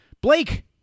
Blake